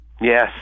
Yes